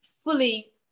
fully